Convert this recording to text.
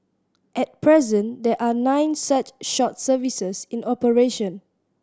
at present there are nine such short services in operation